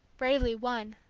bravely won.